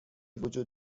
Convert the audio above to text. وجود